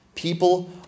People